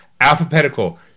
alphabetical